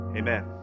amen